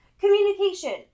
Communication